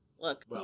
look